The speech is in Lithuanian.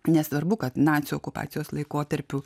nesvarbu kad nacių okupacijos laikotarpiu